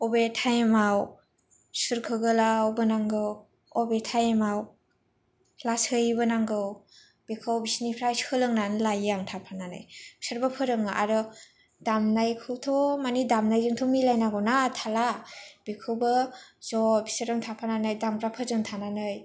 बबे टाइमाव सुरखौ गोलाव बोनांगौ बबे टाइमाव लासै बोनांगौ बेखौ बिसोरनिफ्राय सोलोंनानै लायो आं थाफानानै बिसोरबो फोरोङो आरो दामनायखौथ' माने दामनायजोंथ' मिलायनांगौ ना तालआ बेखौबो ज' बिसोरजों थाफानानै दामग्राफोरजों थानानै